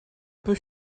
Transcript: peu